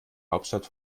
hauptstadt